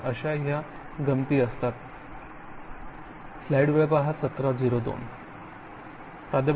तर अश्या ह्या गमती असतात आहे